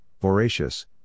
voracious